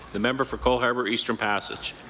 the member for cole harbour-eastern passage.